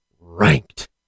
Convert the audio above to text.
Ranked